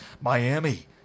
Miami